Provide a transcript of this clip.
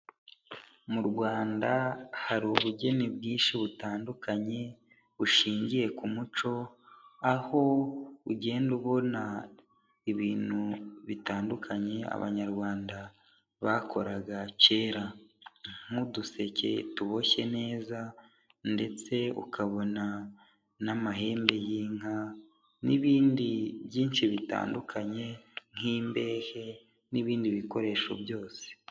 Mu Rwanda hari ubugeni bwinshi butandukanye bushingiye ku muco, aho ugenda ubona ibintu bitandukanye abanyarwanda bakoraga kera, nk'uduseke tuboshye neza ndetse ukabona n'amahembe y'inka n'ibindi byinshi bitandukanye, nk'imbehe n'ibindi bikoresho byose.